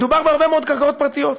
מדובר בהרבה מאוד קרקעות פרטיות.